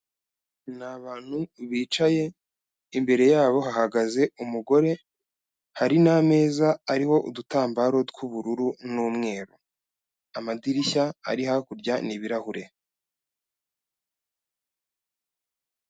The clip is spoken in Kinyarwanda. Ni abantu bicaye, imbere yabo hahagaze umugore, hari n'ameza ariho udutambaro tw'ubururu n'umweru, amadirishya ari hakurya ni ibirahure.